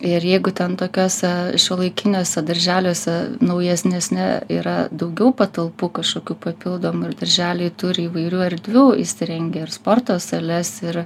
ir jeigu ten tokiuose šiuolaikiniuose darželiuose naujasnesni yra daugiau patalpų kažkokių papildomų ir darželiai turi įvairių erdvių įsirengę ir sporto sales ir